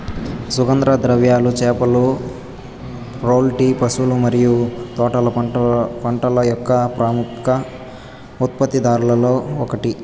సుగంధ ద్రవ్యాలు, చేపలు, పౌల్ట్రీ, పశువుల మరియు తోటల పంటల యొక్క ప్రముఖ ఉత్పత్తిదారులలో ఒకటి